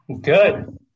Good